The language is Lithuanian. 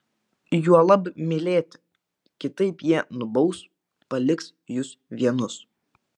juolab mylėti kitaip jie nubaus paliks jus vienus